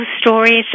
stories